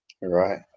Right